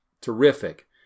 Terrific